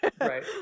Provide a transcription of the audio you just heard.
right